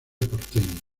porteña